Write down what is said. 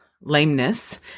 lameness